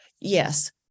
Yes